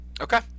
okay